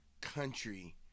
country